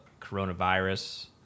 coronavirus